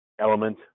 element